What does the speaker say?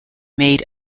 made